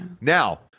Now